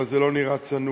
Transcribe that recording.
אבל זה לא נראה צנוע.